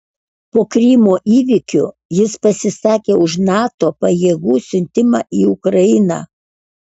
po krymo įvykių jis pasisakė už nato pajėgų siuntimą į ukrainą